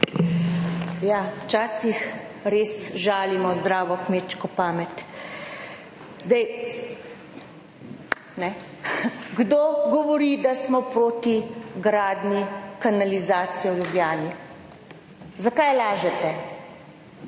Ja, včasih res žalimo zdravo kmečko pamet. Zdaj, ne, kdo govori, da smo proti gradnji kanalizacije v Ljubljani? Zakaj lažete,